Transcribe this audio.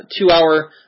two-hour